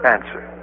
Answer